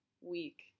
week